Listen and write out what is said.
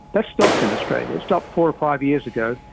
that stopped in australia, stopped four or five years ago,